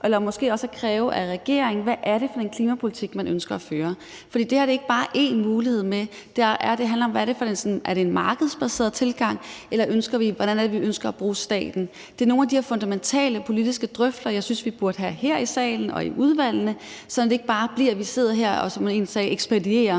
eller måske også kræver det af regeringen: Hvad er det for en klimapolitik, man ønsker at føre? For det her er ikke bare én mulighed; det handler om, hvad det er for en tilgang, man ønsker: Er det en markedsbaseret tilgang, eller hvordan er det, vi ønsker at bruge staten? Det er nogle af de her fundamentale politiske drøftelser, jeg synes vi burde have her i salen og i udvalgene, sådan at det ikke bare bliver til, at vi sidder her og – som en sagde – ekspederer